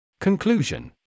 Conclusion